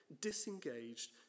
disengaged